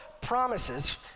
promises